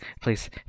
please